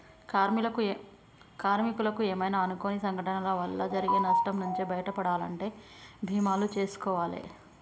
కార్మికులకు ఏమైనా అనుకోని సంఘటనల వల్ల జరిగే నష్టం నుంచి బయటపడాలంటే బీమాలు జేసుకోవాలే